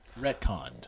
retconned